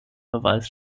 beweis